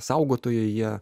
saugotojai jie